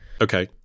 Okay